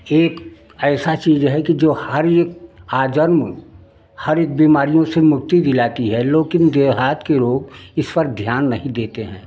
एक ऐसा चीज है कि जो हर एक आजन्म हर एक बीमारियों से मुक्ति दिलाती है लेकिन देहात के लोग इस पर ध्यान नहीं देते हैं